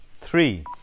Three